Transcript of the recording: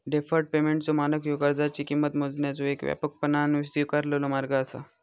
deferred पेमेंटचो मानक ह्यो कर्जाची किंमत मोजण्याचो येक व्यापकपणान स्वीकारलेलो मार्ग असा